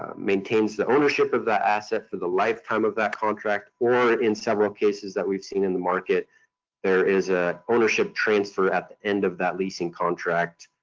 um maintains the ownership of that asset for the lifetime of that contract, or in several cases that we've seen in the market there is an ah ownership transfer at the end of that leasing contract,